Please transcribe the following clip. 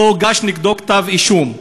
לא הוגש נגדו כתב-אישום.